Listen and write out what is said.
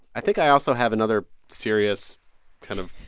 i think i also have another serious kind of.